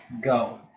go